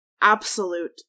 absolute